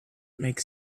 make